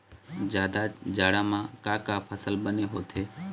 जादा जाड़ा म का का फसल बने होथे?